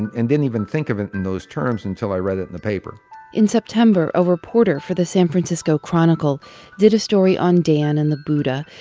and and didn't even think of it in those terms until i read it in the paper in september, a reporter for the san francisco chronicle did a story on dan and the buddha,